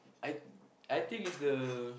I I think it's the